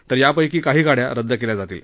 तर यापैकी काही गाडया रद्द केल्या जातील